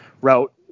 route